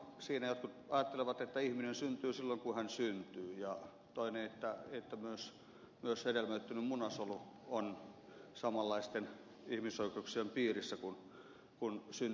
jotkut ajattelevat että ihminen syntyy silloin kun hän syntyy ja toiset että myös hedelmöittynyt munasolu on samanlaisten ihmisoikeuksien piirissä kuin syntynyt ihminen